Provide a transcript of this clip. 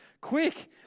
quick